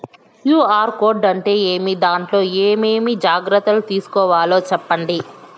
QR code అంటే ఏమి? దాంట్లో ఏ ఏమేమి జాగ్రత్తలు తీసుకోవాలో సెప్పండి?